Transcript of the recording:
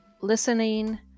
listening